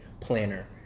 planner